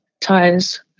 ties